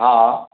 हा